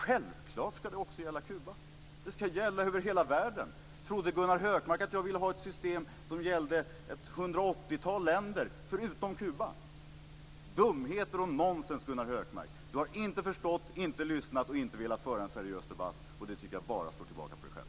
Självklart ska det också gälla Kuba! Det ska gälla över hela världen. Trodde Gunnar Hökmark att jag ville ha ett system som gäller ca 180 länder förutom Kuba? Det är dumheter och nonsens! Gunnar Hökmark har inte förstått, inte lyssnat och inte velat föra en seriös debatt, och det slår bara tillbaka på honom själv.